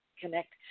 Connect